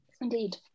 Indeed